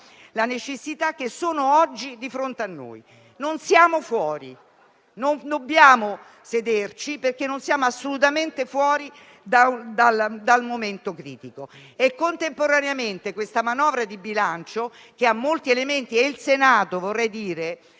le necessità che sono oggi di fronte a noi. Non siamo fuori. Non dobbiamo sederci, perché non siamo assolutamente fuori dal momento critico. Contemporaneamente questa manovra di bilancio presenta molti elementi e vorrei dirlo